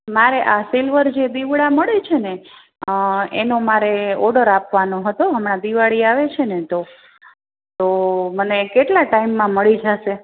મારે આ સિલ્વર જે દીવડા મળે છે ને એનો મારે ઓડર આપવાનો હતો હમણાં દિવાળી આવે છે ને તો તો મને કેટલા ટાઈમમાં મળી જશે